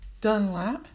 Dunlap